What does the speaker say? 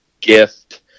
gift